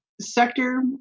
sector